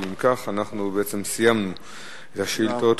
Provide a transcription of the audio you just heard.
אם כך, בעצם סיימנו עם השאילתות.